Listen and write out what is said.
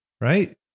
right